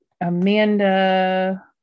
Amanda